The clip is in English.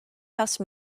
house